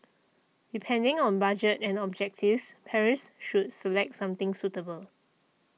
depending on budget and objectives parents should select something suitable